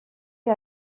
est